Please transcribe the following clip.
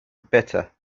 better